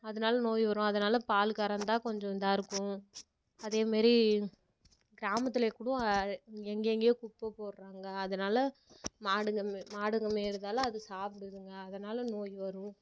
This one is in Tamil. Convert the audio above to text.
அதனால் நோய் வரும் அதனால் பால் கறந்தால் கொஞ்சம் இதாகருக்கும் அதேமாரி கிராமத்தில் கூடவும் எங்கெங்கேயோ குப்பை போடறாங்க அதனால் மாடுங்க மே மாடுங்க மேய்வதால அது சாப்பிடுதுங்க அதனால் நோய் வரும்